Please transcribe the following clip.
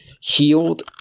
healed